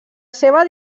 seva